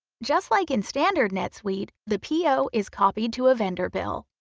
just like in standard netsuite the pio is copied to a vendor bill.